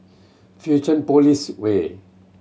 Fusionopolis Way